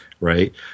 right